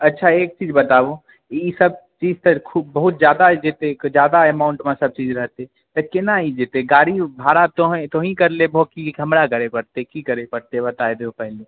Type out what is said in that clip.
अच्छा एकचीज बताबू ईसभ चीज तऽ खूब बहुत ज्यादा जेतै ज्यादा अमाउण्टमे सभचीज रहतै तऽ केना ई जेतै गाड़ी भाड़ा तोँही तोँही करि लेबहो कि हमरा करए पड़तै की करए पड़तै बता देओ पहिने